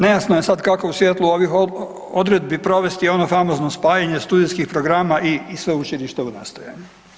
Nejasno je sad kako u svjetlu ovih odredbi provesti ono famozno spajanje studijskih programa i sveučilišta u nastajanju.